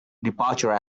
departure